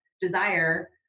desire